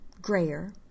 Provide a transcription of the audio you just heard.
grayer